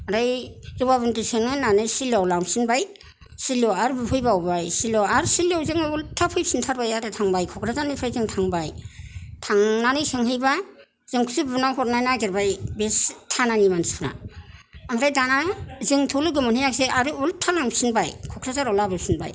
ओरै जमाबन्दि सोंनो होनना सिलियाव लांफिनबाय सिलियाव आरो बुफैबावबाय सिलियाव आरो सिलियाव जों उल्था फैफिनथारबाय आरो थांबाय कक्राझारनिफ्राय जों थांबाय थांनानै सोंहैबा जोंखौसो बुना हरनो नागिरबाय बे थानानि मानसिफ्रा ओमफ्राय दाना जोंथ' लोगो मोनहैयासै आरो उल्था लांफिनबाय कक्राझाराव लाबोफिनबाय